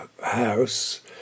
house